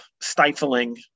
stifling